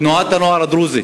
תנועת הנוער הדרוזית.